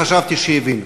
חשבתי שהבינו.